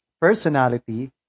personality